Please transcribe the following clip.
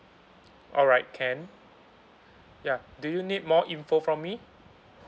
alright can ya do you need more info from me